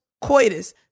coitus